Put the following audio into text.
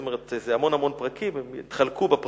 זאת אומרת, זה המון המון פרקים, הם התחלקו בפרקים,